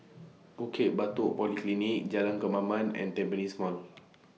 Bukit Batok Polyclinic Jalan Kemaman and Tampines Mall